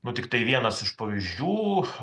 nu tiktai vienas iš pavyzdžių